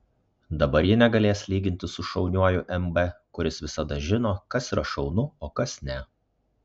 dabar ji negalės lygintis su šauniuoju mb kuris visada žino kas yra šaunu o kas ne